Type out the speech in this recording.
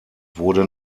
wurde